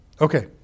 Okay